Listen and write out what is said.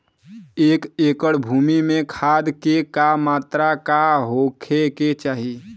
एक एकड़ भूमि में खाद के का मात्रा का होखे के चाही?